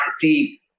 deep